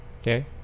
Okay